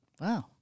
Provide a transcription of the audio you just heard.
Wow